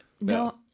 No